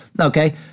Okay